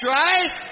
right